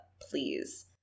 please